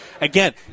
Again